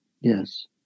Yes